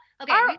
okay